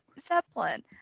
Zeppelin